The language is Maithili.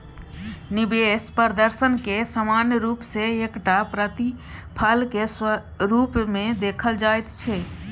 निवेश प्रदर्शनकेँ सामान्य रूप सँ एकटा प्रतिफलक रूपमे देखल जाइत छै